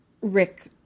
Rick